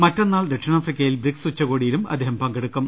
മറ്റന്നാൾ ദക്ഷിണാഫ്രിക്കയിൽ ബ്രിക്സ് ഉച്ചകോടിയിൽ അദ്ദേഹം പങ്കെടുക്കും